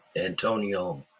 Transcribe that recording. Antonio